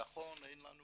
נכון, אין לנו